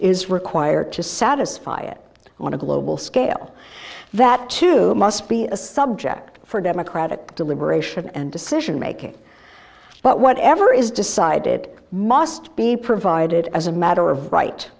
is required to satisfy it on a global scale that too must be a subject for democratic deliberation and decision making but whatever is decided must be provided as a matter of right